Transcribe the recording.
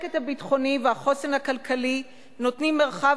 השקט הביטחוני והחוסן הכלכלי נותנים מרחב